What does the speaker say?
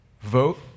Vote